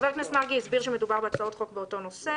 חבר הכנסת מרגי הסביר שמדובר בהצעות חוק באותו נושא,